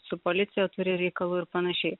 su policija turi reikalų ir panašiai